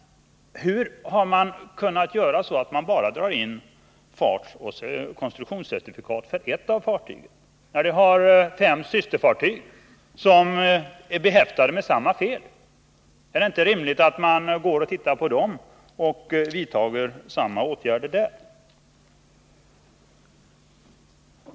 Hur kommer det sig att man dragit in fartoch konstruktionssäkerhetscertifikat bara för ett av fartygen, när det har fyra systerfartyg som är behäftade med samma fel? Är det inte rimligt att man vidtar samma åtgärder när det gäller dem?